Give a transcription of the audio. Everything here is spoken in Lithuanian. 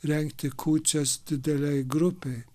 rengti kūčias didelei grupei